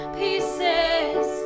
pieces